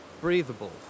breathable